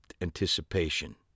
anticipation